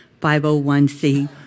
501C